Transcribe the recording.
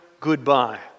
Goodbye